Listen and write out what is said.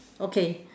okay